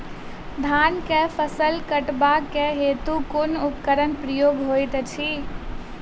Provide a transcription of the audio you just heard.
धान केँ फसल कटवा केँ हेतु कुन उपकरणक प्रयोग होइत अछि?